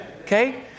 Okay